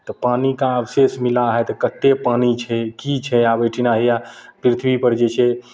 तऽ पानी का अवशेष मिला है तऽ कते पानि छै की छै आब ओहिठिना या पृथ्वीपर जे छै